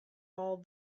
all